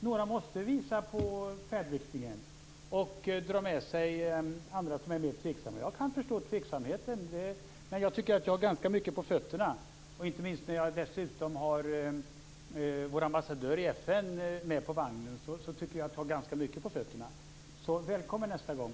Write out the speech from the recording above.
Några måste visa färdriktningen, och dra med sig andra som är mer tveksamma. Jag kan förstå tveksamheten, men jag tycker att jag har ganska mycket på fötterna - inte minst eftersom jag har vår ambassadör i FN med på vagnen. Så välkommen nästa gång!